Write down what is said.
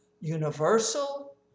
universal